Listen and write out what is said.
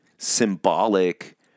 symbolic